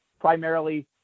primarily